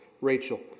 Rachel